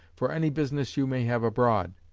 for any business you may have abroad.